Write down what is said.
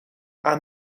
aan